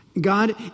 God